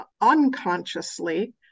unconsciously